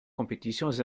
compétitions